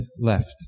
left